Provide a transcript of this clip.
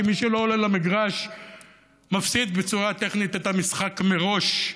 כי מי שלא עולה למגרש מפסיד בצורה טכנית את המשחק מראש,